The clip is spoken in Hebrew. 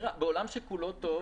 בעולם שכולו טוב,